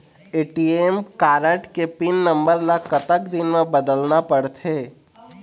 ATM card के pin number ला कतक दिन म बदलना पड़थे?